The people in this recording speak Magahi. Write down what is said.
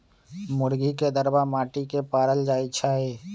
मुर्गी के दरबा माटि के पारल जाइ छइ